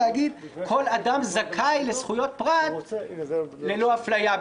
אומרים שכל אדם זכאי לזכויות פרט ללא אפליה.